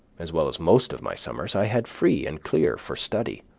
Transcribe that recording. as well as most of my summers, i had free and clear for study.